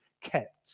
kept